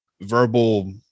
Verbal